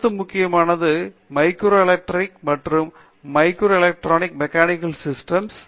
அடுத்த முக்கியமான பகுதி மைக்ரோ எலெக்ட்ரானிக் மற்றும் மைக்ரோஎலக்ட்ரோனிக் மெக்கானிக்கல் சிஸ்டம்ஸ்